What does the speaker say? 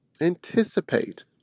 Anticipate